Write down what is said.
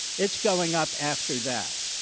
it's going up after that.